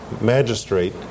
magistrate